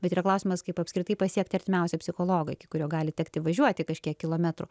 bet yra klausimas kaip apskritai pasiekti artimiausią psichologą iki kurio gali tekti važiuoti kažkiek kilometrų